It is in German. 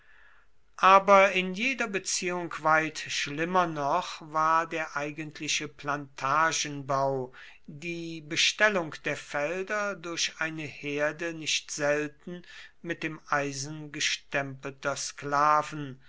aber in jeder beziehung weit schlimmer noch war der eigentliche plantagenbau die bestellung der felder durch eine herde nicht selten mit dem eisen gestempelter sklaven